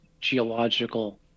geological